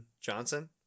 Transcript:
Johnson